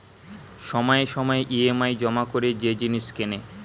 সময়ে সময়ে ই.এম.আই জমা করে যে জিনিস কেনে